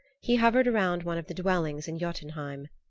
he hovered around one of the dwellings in jotunheim.